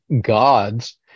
God's